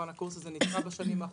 הקורס הזה כמובן נדחה בשנים האחרונות.